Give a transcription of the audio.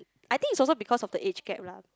I think is also because of the age gap lah